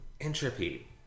entropy